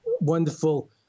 wonderful